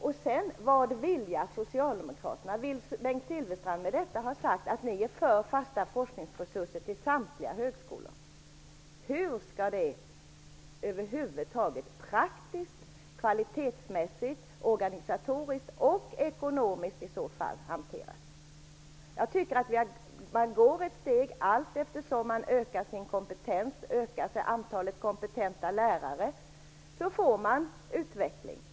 Silfverstrand med detta ha sagt att Socialdemokraterna är för fasta forskningsresurser till samtliga högskolor? Hur skall det i så fall hanteras praktiskt, kvalitetsmässigt, organisatoriskt och ekonomiskt? Jag tycker att man skall ta ett steg i taget. Antalet kompetenta lärare skall öka allteftersom kompetensen ökas. Då får man en utveckling.